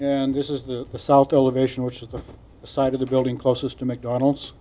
and this is the south elevation which is the side of the building closest to mcdonald's